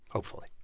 hopefully.